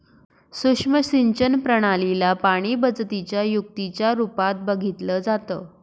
सुक्ष्म सिंचन प्रणाली ला पाणीबचतीच्या युक्तीच्या रूपात बघितलं जातं